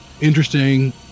interesting